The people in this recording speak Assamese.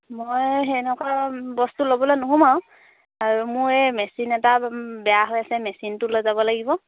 মই সেনেকুৱা বস্তু ল'বলৈ নুসোমাওঁ আৰু আৰু মোৰ এই মেচিন এটা বেয়া হৈ আছে মেচিনটো লৈ যাব লাগিব